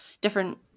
different